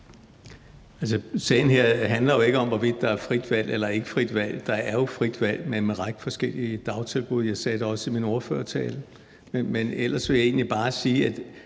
Sagen her handler jo ikke om, hvorvidt der er frit valg eller ikke frit valg. Der er jo frit valg mellem en række forskellige dagtilbud, og jeg sagde det også i min ordførertale. Men ellers vil jeg egentlig bare sige,